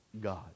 God